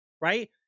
right